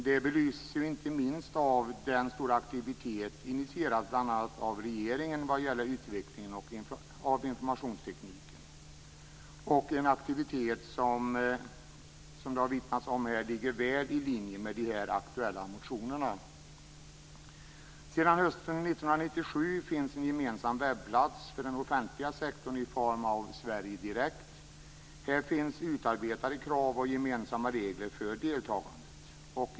Det belyses inte minst av den stora aktivitet initierad bl.a. av regeringen vad gäller utvecklingen av informationstekniken. Det är en aktivitet, som har vittnats om här, som ligger väl i linje med de aktuella motionerna. Sedan hösten 1997 finns en gemensam webbplats för den offentliga sektorn i form av Sverige Direkt. Här finns utarbetade krav och gemensamma regler för deltagandet.